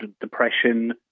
depression